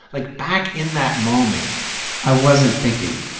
like, back in that moment i wasn't thinking.